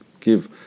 give